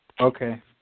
Okay